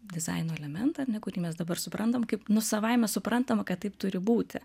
dizaino elementą kurį mes dabar suprantam kaip nu savaime suprantama kad taip turi būti